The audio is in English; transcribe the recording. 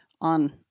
on